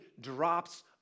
drops